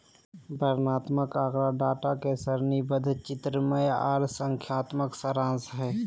वर्णनात्मक आँकड़ा डाटा के सारणीबद्ध, चित्रमय आर संख्यात्मक सारांश हय